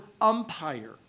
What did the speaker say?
umpire